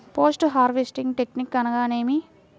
Post harvesting technique అనగా నేమి?